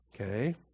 Okay